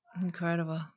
incredible